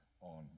on